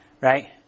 Right